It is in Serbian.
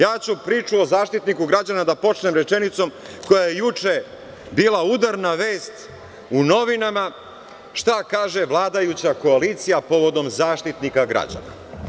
Ja ću priču o Zaštitniku građana da počnem rečenicom koja je juče bila udarna vest u novinama - šta kaže vladajuća koalicija povodom Zaštitnika građana.